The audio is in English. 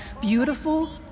beautiful